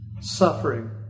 suffering